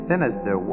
Sinister